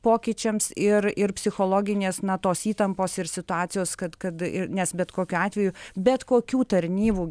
pokyčiams ir ir psichologinės na tos įtampos ir situacijos kad kad ir nes bet kokiu atveju bet kokių tarnybų